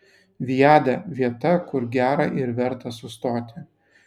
viada vieta kur gera ir verta sustoti